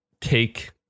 take